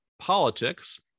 Politics